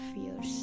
fears